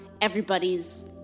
everybody's